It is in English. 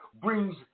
brings